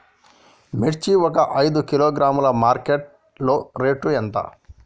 మిర్చి ఒక ఐదు కిలోగ్రాముల మార్కెట్ లో రేటు ఎంత?